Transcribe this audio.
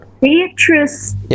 Beatrice